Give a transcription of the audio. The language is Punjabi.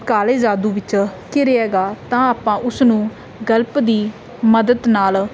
ਕਾਲੇ ਜਾਦੂ ਵਿੱਚ ਘਿਰਿਆ ਗਾ ਤਾਂ ਆਪਾਂ ਉਸ ਨੂੰ ਗਲਪ ਦੀ ਮਦਦ ਨਾਲ